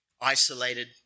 isolated